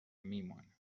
میمونم